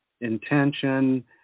intention